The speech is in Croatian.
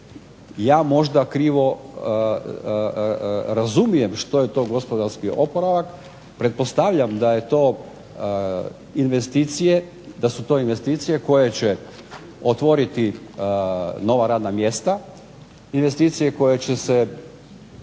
Ja možda krivo razumijem što je to gospodarski oporavak, pretpostavljam da su to investicije koje će otvoriti nova radna mjesta, investicije koje će